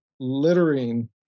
littering